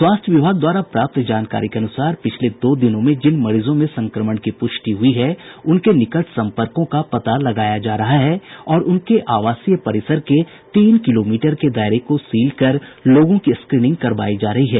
स्वास्थ्य विभाग द्वारा प्राप्त जानकारी के अनुसार पिछले दो दिनों में जिन मरीजों में संक्रमण की पुष्टि हुई है उनके निकट सम्पर्कों का पता लगाया जा रहा है और उनके आवासीय परिसर के तीन किलोमीटर के दायरे को सील कर लोगों की स्क्रींनिंग करवाई जा रही है